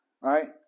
right